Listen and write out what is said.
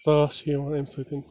ژاس چھِ یِوان اَمہِ سۭتۍ